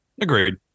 Agreed